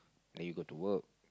then you go to work